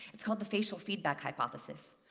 it's called the facial feedback hypothesis.